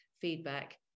feedback